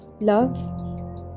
love